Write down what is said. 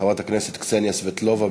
חברת הכנסת קסניה סבטלובה,